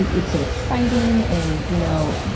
it's so exciting, and, you know,